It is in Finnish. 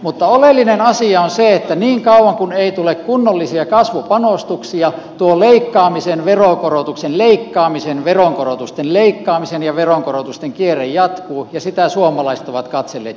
mutta oleellinen asia on se että niin kauan kuin ei tule kunnollisia kasvupanostuksia tuo leikkaamisen veronkorotuksen leikkaamisen veronkorotusten leikkaamisen ja veronkorotusten kierre jatkuu ja sitä suomalaiset ovat katselleet jo riittävän kauan